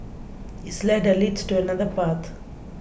this ladder leads to another path